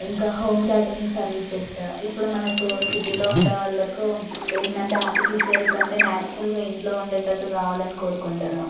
ఇంకా home catering services ఇప్పుడు మనకు సిటీలో ఉండే వాళ్ళకు ఏంటంటే ఆర్టిఫీషియల్ కంటే నాచురల్గా ఇంట్లో వండేటట్టు కావాలని కోరుకుంటారు